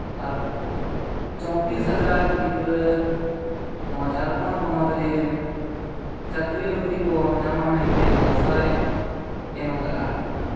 ᱟᱨ ᱪᱳᱭᱛᱨᱤᱥ ᱦᱟᱡᱟᱨ ᱜᱤᱫᱽᱨᱟᱹ ᱱᱚᱣᱟ ᱡᱷᱟᱲᱠᱷᱚᱸᱰ ᱯᱚᱱᱚᱛ ᱨᱮ ᱪᱟᱹᱠᱨᱤ ᱱᱚᱠᱨᱤ ᱠᱚ ᱧᱟᱢᱟ ᱢᱮᱱᱛᱮᱫ ᱟᱥᱟᱭᱟ ᱮᱢ ᱠᱟᱜᱼᱟ